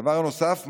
דבר נוסף,